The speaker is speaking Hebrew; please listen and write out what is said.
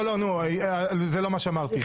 לא, זה לא מה שאמרתי.